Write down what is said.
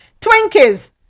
twinkies